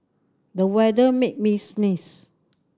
the weather made me sneeze